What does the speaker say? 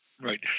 Right